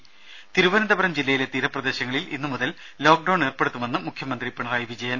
ത തിരുവനന്തപുരം ജില്ലയിലെ തീരപ്രദേശങ്ങളിൽ ഇന്നുമുതൽ ലോക്ക് ഡൌൺ ഏർപ്പെടുത്തുമെന്ന് മുഖ്യമന്ത്രി പിണറായി വിജയൻ